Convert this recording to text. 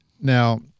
Now